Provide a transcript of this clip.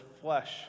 flesh